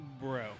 Bro